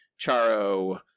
Charo